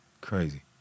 Crazy